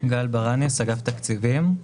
גל ברנס, אגף תקציבים.